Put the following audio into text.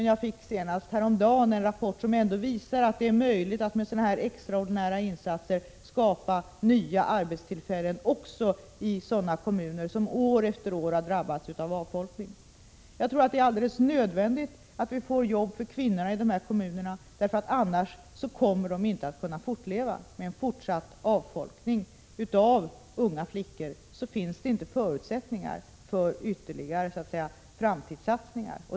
Jag fick senast häromdagen en rapport som visar att det ändå är möjligt att med sådana här extraordinära insatser skapa nya arbetstillfällen också i kommuner som år efter år har drabbats av avfolkning. Jag tror att det är alldeles nödvändigt att vi ordnar jobb åt kvinnorna i de här kommunerna, annars kommer kommunerna inte att kunna fortleva. Med fortsatt avfolkning av unga flickor finns det inte förutsättningar för ytterligare framtidssatsningar.